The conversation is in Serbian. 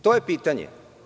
To je pitanje.